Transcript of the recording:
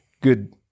good